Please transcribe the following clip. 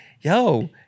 yo